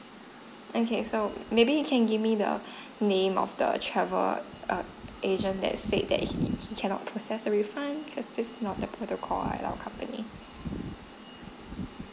okay so maybe you can give me the name of the travel err agent that said that he he cannot process a refund because this is not a protocol at our company